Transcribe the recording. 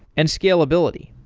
and scalability.